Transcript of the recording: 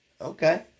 Okay